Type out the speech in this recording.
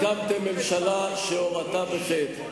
הקמתם ממשלה שהורתה בחטא.